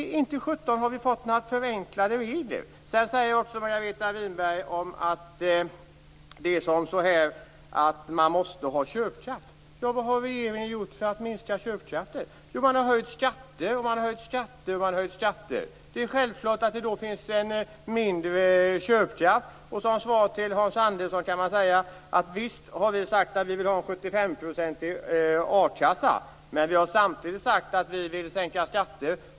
Inte sjutton har vi fått några förenklade regler! Margareta Winberg säger också att det måste finnas köpkraft. Ja, men vad har regeringen gjort för att minska köpkraften? Jo, man har höjt skatter, höjt skatter och höjt skatter. Det är självklart att det då finns mindre köpkraft. Som svar till Hans Andersson kan jag säga att vi har sagt att vi vill ha 75 % a-kassa, men vi har samtidigt sagt att vi vill sänka skatter.